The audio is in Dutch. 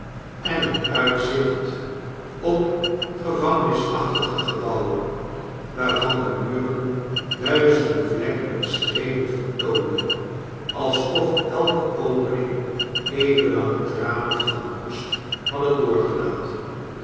en het uitzicht op gevangenisachtige gebouwen waarvan de muren duizenden vlekken en strepen vertoonden alsof elke opening eeuwen lang tranen van roest hadden doorgelaten